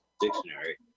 dictionary